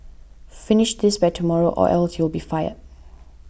finish this by tomorrow or else you'll be fired